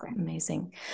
amazing